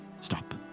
stop